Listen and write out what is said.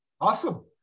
Awesome